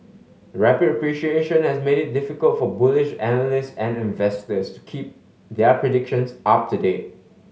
the rapid appreciation has made it difficult for bullish analysts and investors to keep their predictions up to date